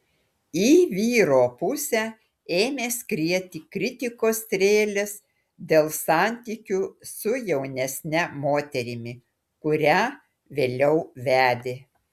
į vyro pusę ėmė skrieti kritikos strėlės dėl santykių su jaunesne moterimi kurią vėliau vedė